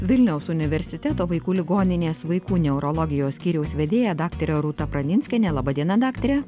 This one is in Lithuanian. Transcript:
vilniaus universiteto vaikų ligoninės vaikų neurologijos skyriaus vedėja daktare rūta praninskienė laba diena daktare